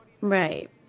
Right